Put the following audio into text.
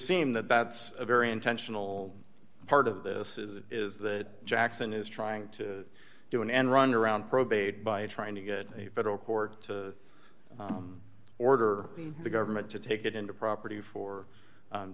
seem that that's a very intentional part of this is is that jackson is trying to do an end run around probate by trying to get a federal court to order the government to take it into property for